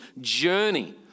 journey